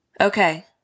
Okay